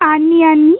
औन्नी आं मी